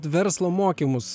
verslo mokymus